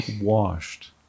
washed